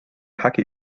hacke